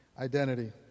Identity